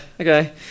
Okay